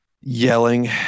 yelling